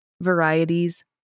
varieties